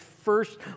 first